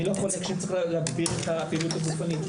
אני לא חולק שצריך להגביר את הפעילות הגופנית,